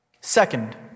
Second